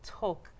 talk